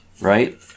Right